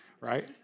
right